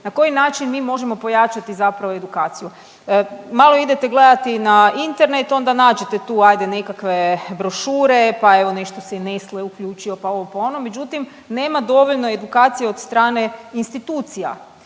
Na koji način mi možemo pojačati zapravo edukaciju? Malo idete gledati na Internet, onda nađete tu hajde nekakve brošure, pa evo nešto se i Nestle uključio, pa ovo, pa ono. Međutim, nema dovoljno edukacije od strane institucija.